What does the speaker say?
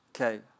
Okay